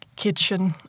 kitchen